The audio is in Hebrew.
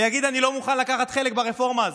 ויגיד: אני לא מוכן לקחת חלק ברפורמה הזאת,